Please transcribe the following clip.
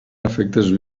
efectes